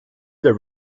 their